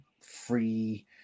free